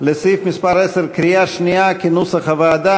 בקריאה שנייה על סעיף מס' 10, כנוסח הוועדה.